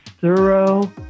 thorough